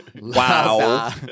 Wow